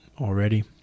already